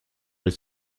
les